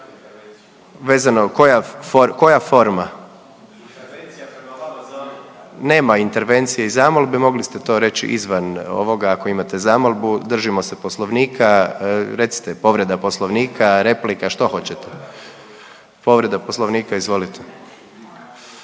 se ne razumije./… Nema intervencije i zamolbe mogli ste to reći izvan ovoga ako imate zamolbu, držimo se poslovnika, recite povreda poslovnika, replika što hoćete? Povreda poslovnika izvolite.